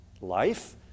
Life